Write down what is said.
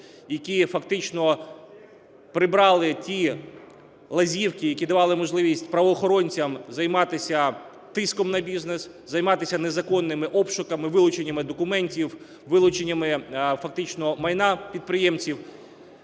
які фактично прибрали ті лазівки, які давали можливість правоохоронцям займатися тиском на бізнес, займатися незаконними обшуками, вилученнями документів, вилученнями фактично майна підприємців.